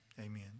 amen